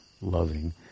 loving